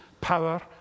power